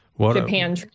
Japan